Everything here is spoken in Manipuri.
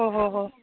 ꯍꯣꯏ ꯍꯣꯏ ꯍꯣꯏ